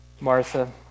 Martha